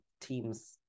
team's